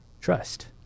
Trust